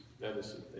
medicine